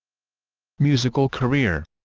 musical career